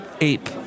ape